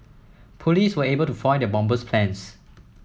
police were able to foil the bomber's plans